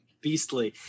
beastly